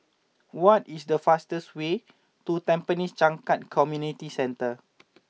what is the fastest way to Tampines Changkat Community Centre